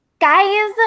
Guys